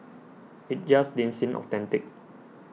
it just didn't seem authentic